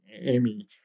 Amy